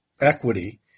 equity